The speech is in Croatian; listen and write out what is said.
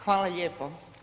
Hvala lijepo.